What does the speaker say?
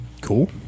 Cool